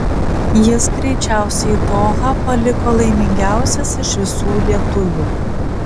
jis greičiausiai dohą paliko laimingiausias iš visų lietuvių